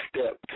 step